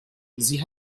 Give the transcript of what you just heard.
sie